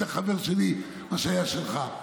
יותר חבר שלי ממה שהיה שלך.